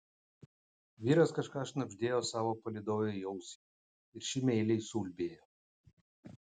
vyras kažką šnabždėjo savo palydovei į ausį ir ši meiliai suulbėjo